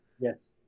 Yes